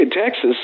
Texas